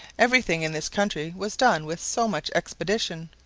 every thing in this country was done with so much expedition.